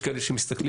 יש כאלה שמסתכלים,